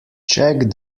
check